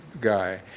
guy